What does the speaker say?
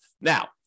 Now